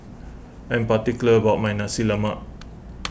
I am particular about my Nasi Lemak